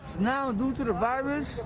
now due to to